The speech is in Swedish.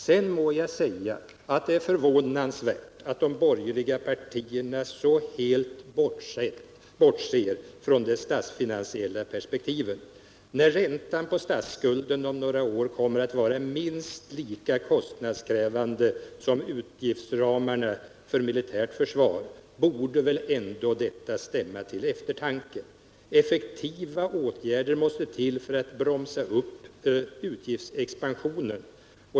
Sedan må jag säga att det är förvånansvärt att de borgerliga partierna så helt bortser från de statsfinansiella perspektiven. När räntan på statsskulden om några år kommer att vara minst lika kostnadskrävande som utgiftsramarna för det militära försvaret, borde väl ändå detta stämma till eftertanke. Effektiva åtgärder måste till för att bromsa upp utgiftsexpansioner.